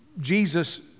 Jesus